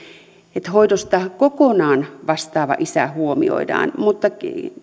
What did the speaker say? että hoidosta kokonaan vastaava isä huomioidaan mutta